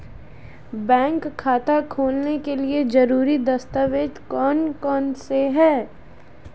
Bank खाता खोलने के लिए ज़रूरी दस्तावेज़ कौन कौनसे हैं?